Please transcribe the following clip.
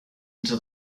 into